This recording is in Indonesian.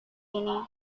ini